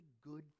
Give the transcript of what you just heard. good